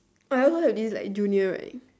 I also have this like junior right